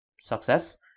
success